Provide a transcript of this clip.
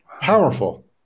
Powerful